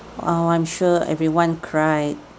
oh I'm sure everyone cried